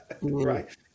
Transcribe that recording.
Right